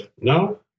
No